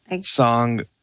Song